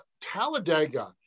talladega